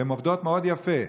והן עובדות מאוד יפה.